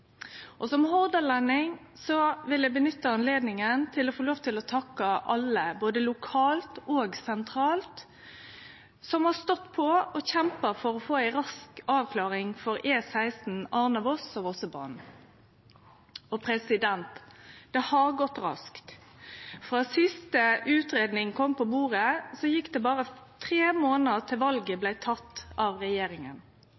Som hordalending vil eg nytte anledninga til å takke alle, både lokalt og sentralt, som har stått på og kjempa for å få ei rask avklaring for E16 Arna–Voss og Vossebanen. Og det har gått raskt. Frå siste utgreiing kom på bordet, gjekk det berre tre månader til valet